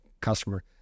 customer